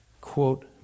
quote